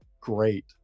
great